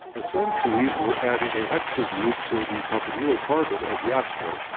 essentially we're adding a hexyl group to the carbonyl carbon of the acetone,